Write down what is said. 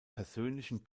persönlichen